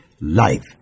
life